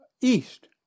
east